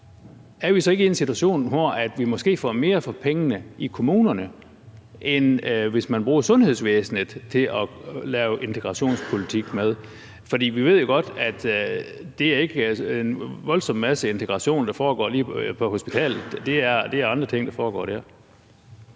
er vi så ikke i en situation, hvor vi måske får mere for pengene i kommunerne, end hvis man bruger sundhedsvæsenet til at lave integrationspolitik? For vi ved godt, at det ikke er en voldsomt masse integration, der foregår på hospitalet; det er andre ting, der foregår der.